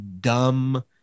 dumb